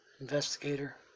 Investigator